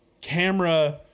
camera